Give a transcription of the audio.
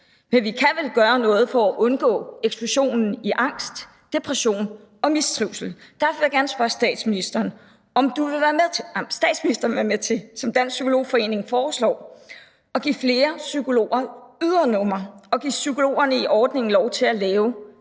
men vi kan vel gøre noget for at undgå eksplosionen i angst, depression og mistrivsel. Derfor vil jeg gerne spørge statsministeren, om statsministeren vil være med til – som Dansk Psykolog Forening foreslår – at give flere psykologer ydernummer og give psykologerne i ordningen lov til at lave